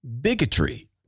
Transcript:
bigotry